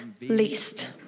least